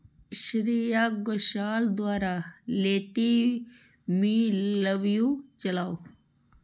श्रेया घोशाल द्वारा let me love you चलाओ